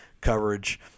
coverage